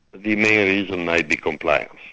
the main reason might be compliance.